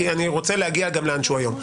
כי אני רוצה להגיע לאן שהוא היום.